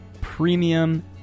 premium